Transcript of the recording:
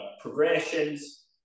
progressions